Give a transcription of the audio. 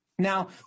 Now